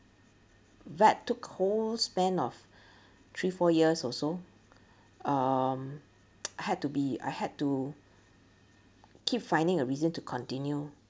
that took whole span of three four years or so um I had to be I had to keep finding a reason to continue